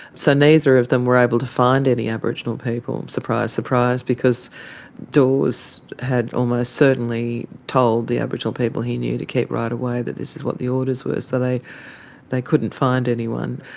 so neither of them were able to find any aboriginal people, surprise surprise, because dawes had almost certainly told the aboriginal people he knew to keep right away, that this is what the orders were. so they they couldn't find anyone.